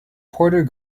porter